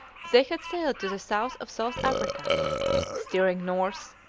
they had sailed to the south of south africa steering north,